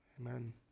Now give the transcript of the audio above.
Amen